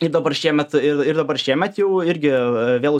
ir dabar šiemet ir ir dabar šiemet jau irgi vėl